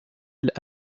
îles